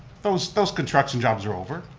those those construction jobs are over.